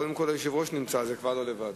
קודם כול, היושב-ראש נמצא, זה כבר לא לבד.